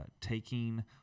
taking